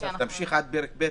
תמשיך עד פרק ב'.